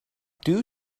due